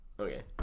okay